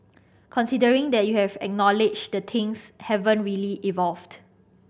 considering that you have acknowledged the things haven't really evolved